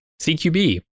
CQB